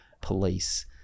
police